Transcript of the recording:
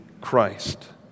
Christ